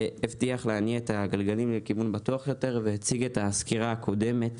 הבטיח להניע את הגלגלים לכיוון בטוח יותר והציג את הסקירה הקודמת.